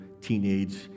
teenage